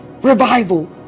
revival